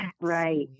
right